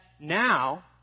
now